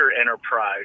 enterprise